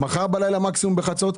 מקסימום מחר בלילה בחצות,